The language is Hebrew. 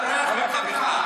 הוא קיבל טלפון מאיווט.